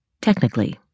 Technically